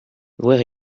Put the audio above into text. wear